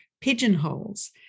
pigeonholes